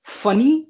funny